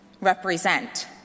represent